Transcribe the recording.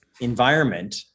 environment